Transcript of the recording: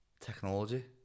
Technology